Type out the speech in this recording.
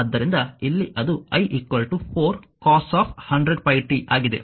ಆದ್ದರಿಂದ ಇಲ್ಲಿ ಅದು i 4 cos 100πt ಆಗಿದೆ